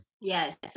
Yes